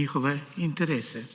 njihove interese.